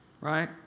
Right